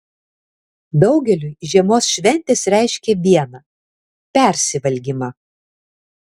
daugeliui žiemos šventės reiškia viena persivalgymą